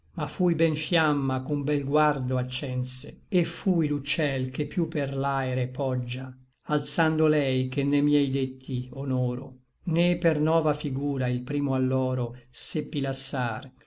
ma fui ben fiamma ch'un bel guardo accense et fui l'uccel che piú per l'aere poggia alzando lei che ne miei detti honoro né per nova figura il primo alloro seppi lassar